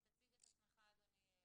אדוני.